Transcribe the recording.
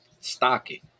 stocking